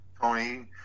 Tony